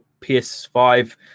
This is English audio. PS5